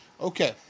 Okay